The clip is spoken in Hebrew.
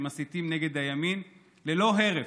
שמסיתים נגד הימין ללא הרף.